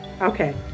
Okay